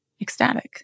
ecstatic